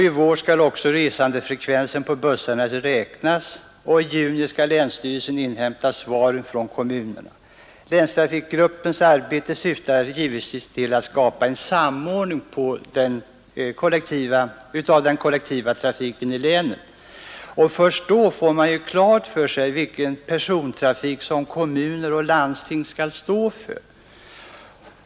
I vår skall också resandefrekvensen på bussarna räknas och i juni skall länsstyrelsen inhämta svaren från kommunerna. Länstrafikgruppens arbete syftar givetvis till att skapa en samordning av den kollektiva trafiken i länet. Och först då får man ju klart för sig vilken persontrafik som kommuner och landsting skall stå för.